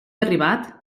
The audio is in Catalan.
arribat